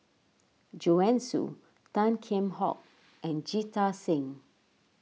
Joanne Soo Tan Kheam Hock and Jita Singh